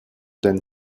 then